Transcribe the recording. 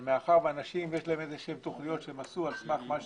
אבל מאחר שלאנשים יש תוכניות על סמך מה שקיבלו,